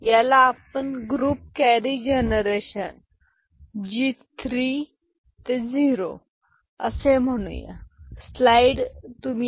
याला आपण group carry generation G 3 ते 0 असे म्हणू या